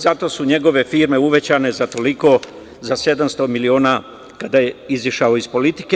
Zato su njegove firme uvećane za toliko, za 700 miliona, kada je izašao iz politike.